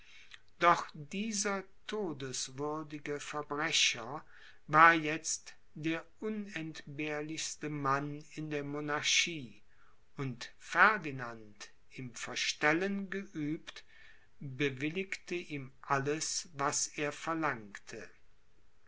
doch dieser todeswürdige verbrecher war jetzt der unentbehrlichste mann in der monarchie und ferdinand im verstellen geübt bewilligte ihm alles was er verlangte